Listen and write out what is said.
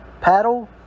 Paddle